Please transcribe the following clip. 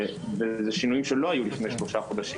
ואלה שינויים שלא היו לפני שלושה חודשים.